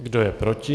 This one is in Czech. Kdo je proti?